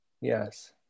Yes